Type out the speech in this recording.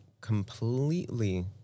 completely